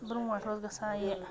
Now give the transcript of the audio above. برٛونٛٹھ اوس گژھان یہِ